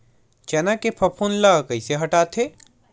चना के फफूंद ल कइसे हटाथे?